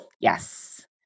Yes